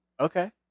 Okay